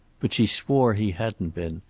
but she swore he hadn't been,